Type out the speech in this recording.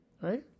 Right